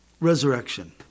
Resurrection